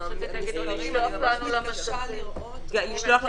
אני רק אציין כמובן שבפני חברי הכנסת מונחת חוות-הדעת.